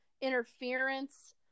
interference